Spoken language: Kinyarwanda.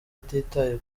atitaye